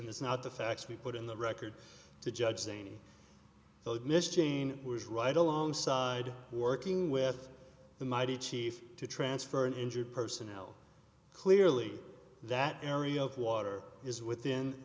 and it's not the facts we put in the record to judge saini miss jane was right alongside working with the mighty chief to transfer an injured personnel clearly that area of water is within